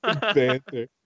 Banter